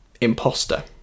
imposter